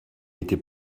n’était